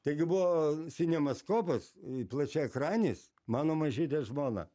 taigi buvo cinemaskopas i plačiaekranis mano mažytė žmona